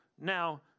Now